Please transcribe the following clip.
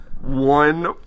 One